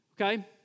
okay